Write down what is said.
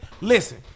Listen